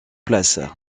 place